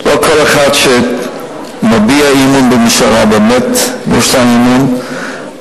ולא כל אחד שמביע אי-אמון בממשלה באמת יש לה אי-אמון,